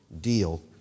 deal